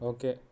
Okay